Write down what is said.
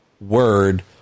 word